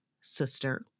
sister